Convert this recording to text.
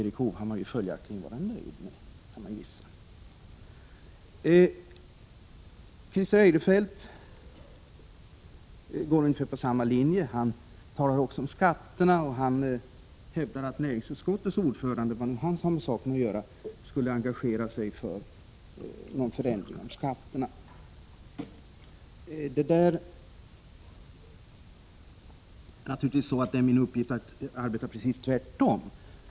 Christer Eirefelt går på ungefär samma linje. Han talar också om skatterna och hävdar att näringsutskottets ordförande — vad nu han har med saken att göra — skulle engagera sig i en förändring av skatterna. Det är naturligtvis min uppgift att arbeta precis tvärtemot.